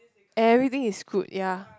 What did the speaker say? everything is good ya